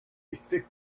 thick